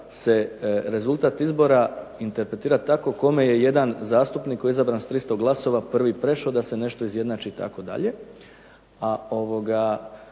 se rezultat izbora intepretira tako kome je jedan zastupnik koji je izabran sa 300 glasova prvi prešao da se nešto izjednači itd.